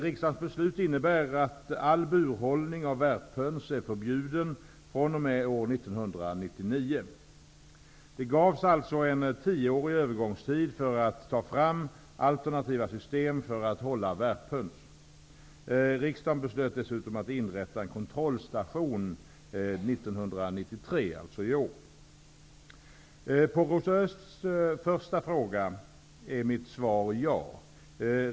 Riksdagens beslut innebär att all burhållning av värphöns är förbjuden fr.o.m. år 1999. Det gavs alltså en tioårig övergångstid för att ta fram alternativa system för att hålla värphöns. Riksdagen beslöt dessutom att inrätta en kontrollstation år 1993, alltså i år. På Rosa Ösths första fråga är mitt svar ja.